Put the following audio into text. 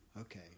Okay